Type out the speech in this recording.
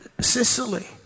Sicily